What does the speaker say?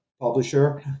publisher